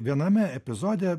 viename epizode